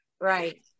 Right